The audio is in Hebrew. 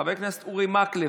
חבר כנסת אורי מקלב,